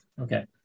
Okay